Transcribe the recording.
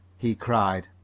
he cried.